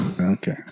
okay